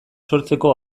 sortzeko